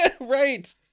Right